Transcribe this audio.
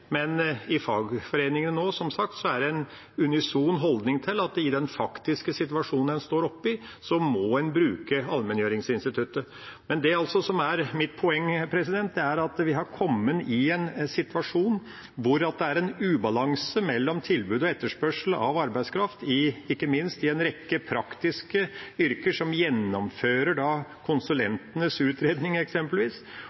men i fagforeningene er det nå som sagt en unison holdning til at i den faktiske situasjonen en står oppe i, må en bruke allmenngjøringsinstituttet. Men det som er mitt poeng, er at vi er kommet i en situasjon hvor det er en ubalanse mellom tilbud og etterspørsel av arbeidskraft, ikke minst i en rekke praktiske yrker som eksempelvis gjennomfører